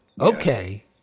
Okay